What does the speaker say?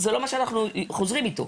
זה לא מה שאנחנו חוזרים איתו.